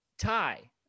Tie